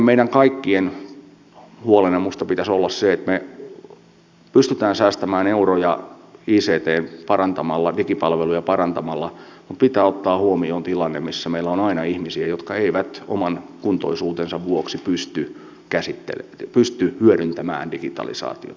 meidän kaikkien huolena minusta pitäisi olla se että me pystymme säästämään euroja icttä ja digipalveluja parantamalla mutta pitää ottaa huomioon tilanne missä meillä on aina ihmisiä jotka eivät oman kuntoisuutensa vuoksi pysty hyödyntämään digitalisaatiota